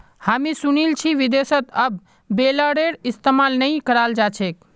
हामी सुनील छि विदेशत अब बेलरेर इस्तमाल नइ कराल जा छेक